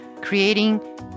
creating